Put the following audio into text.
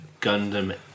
Gundam